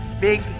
big